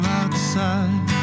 outside